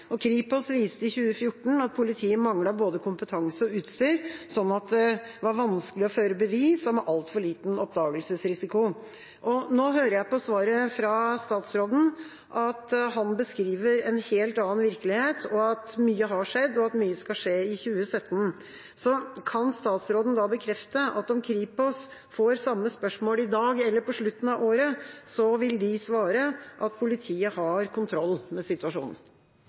og Kripos viste i 2014 at politiet manglet både kompetanse og utstyr, slik at det var vanskelig å føre bevis og altfor liten oppdagelsesrisiko. Nå hører jeg av svaret fra statsråden at han beskriver en helt annen virkelighet, at mye har skjedd, og at mye skal skje i 2017. Kan statsråden bekrefte at om Kripos får det samme spørsmålet i dag eller på slutten av året, vil de svare at politiet har kontroll med situasjonen?